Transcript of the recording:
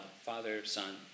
father-son